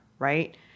right